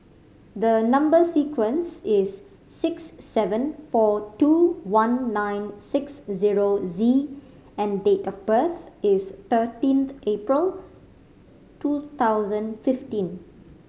the number sequence is S seven four two one nine six zero Z and date of birth is thirteenth April two thousand fifteen